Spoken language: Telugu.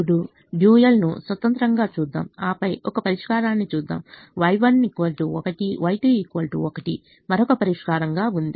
ఇప్పుడు డ్యూయల్ స్వతంత్రంగా చూద్దాం ఆపై ఒక పరిష్కారాన్ని చూద్దాం Y1 1 Y2 1 మరొక పరిష్కారంగా ఉంది